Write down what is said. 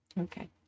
Okay